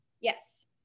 Yes